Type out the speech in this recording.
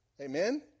Amen